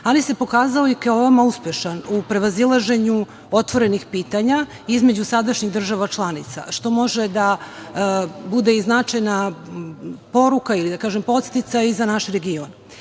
ali se pokazao i kao veoma uspešan u prevazilaženju otvorenih pitanja između sadašnjih država članica, što može da bude i značajna poruka ili da kažem podsticaj za naš region. Srbija,